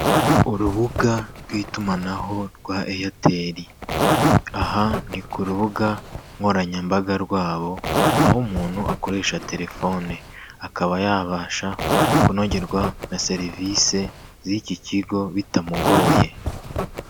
Urubuga rw'itumanaho rwa airtel, aha ni ku rubuga nkoranyambaga rwabo, aho umuntu akoresha terefone, akaba yabasha kunogerwa na serivisi z'iki kigo bitamugoye.